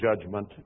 judgment